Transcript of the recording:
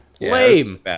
Lame